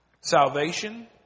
Salvation